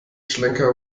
schlenker